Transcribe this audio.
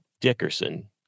Dickerson